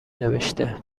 نوشته